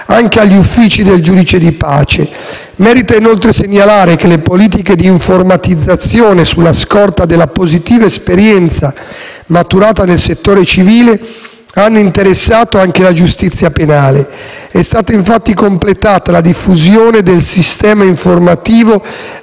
anche agli uffici del giudice di pace. Merita inoltre segnalare che le politiche di informatizzazione, sulla scorta della positiva esperienza maturata nel settore civile, hanno interessato anche la giustizia penale. È stata infatti completata la diffusione del sistema informativo